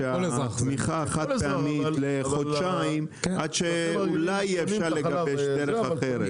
תמיכה חד פעמית לחודשיים עד שאולי יהיה אפשר לגבש דרך אחרת.